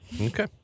Okay